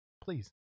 please